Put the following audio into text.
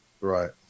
Right